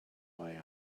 lie